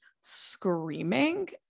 screaming